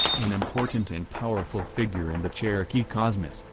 an important and powerful figure in the cherokee cosmos,